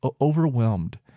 overwhelmed